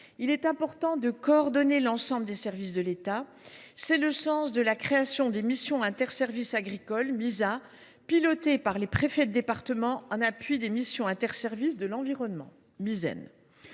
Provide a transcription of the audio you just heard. il est important de coordonner l’ensemble des services l’État. C’est le sens de la création des missions interservices agricoles (Misa), pilotées par les préfets de département, en appui des missions interservices de l’eau et de